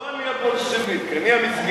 לא אני הבולשביק, אני המסכן.